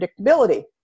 predictability